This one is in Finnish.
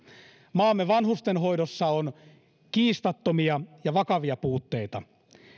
maamme vanhustenhoidossa on kiistattomia ja vakavia puutteita